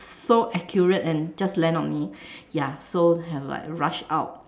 so accurate and just land on me ya so have to like rush out